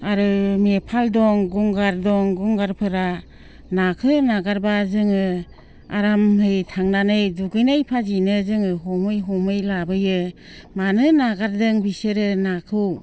आरो नेफालि दं गंगार दं गंगारफोरा नाखौ नागारबा जोङो आरामयै थांनानै दुगैनाय बादिनो जोङो हमै हमै लाबोयो मानो नागारदों बिसोरो नाखौ